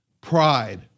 pride